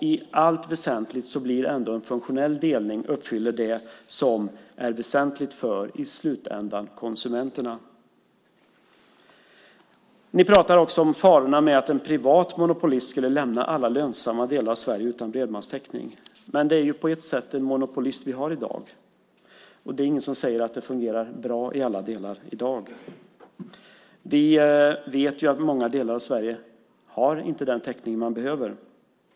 I allt väsentligt uppfyller ändå en funktionell delning det som i slutändan är väsentligt för konsumenterna. Ni pratar också om farorna med att en privat monopolist skulle lämna alla lönsamma delar av Sverige utan bredbandstäckning. Men det är ju på ett sätt en monopolist vi har i dag, och ingen säger att det i dag fungerar bra i alla delar. Vi vet att många delar av Sverige inte har den täckning som behövs.